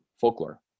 folklore